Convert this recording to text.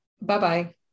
Bye-bye